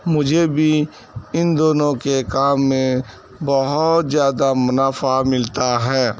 مجھے بھی ان دونوں کے کام میں بہت زیادہ منافع ملتا ہے